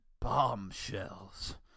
bombshells